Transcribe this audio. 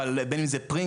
אבל בין אם זה פרינגלס,